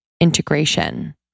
integration